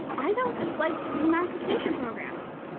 i don't dislike screen magnification programs.